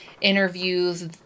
interviews